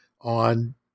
on